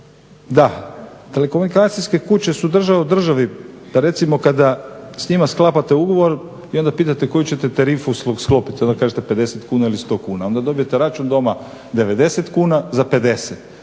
da, telekomunikacijske kuće su u državi recimo kada s njima sklapate ugovor i onda pitate koju ćete tarifu sklopiti, onda kažete 50 kuna ili 100 kuna, onda dobijete račun doma 90 kuna za 50,